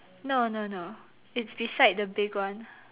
no no no it's beside the big one